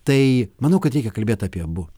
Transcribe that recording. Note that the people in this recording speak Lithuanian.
tai manau kad reikia kalbėt apie abu